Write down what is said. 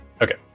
Okay